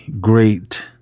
great